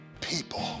people